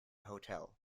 hotel